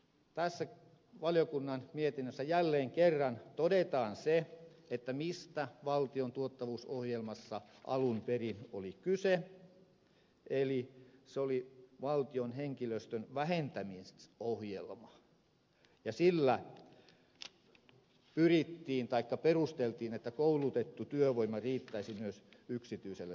tässä valiokunnan mietinnössä jälleen kerran todetaan se mistä valtion tuottavuusohjelmassa alun perin oli kyse eli se oli valtion henkilöstön vähentämisohjelma ja sillä perusteltiin että koulutettu työvoima riittäisi myös yksityiselle sektorille